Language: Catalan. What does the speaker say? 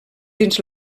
dins